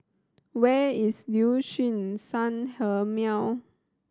where is Liuxun Sanhemiao